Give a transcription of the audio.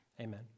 Amen